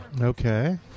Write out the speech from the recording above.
Okay